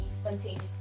spontaneous